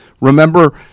Remember